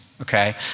okay